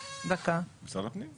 משרד הפנים.